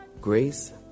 Grace